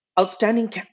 Outstanding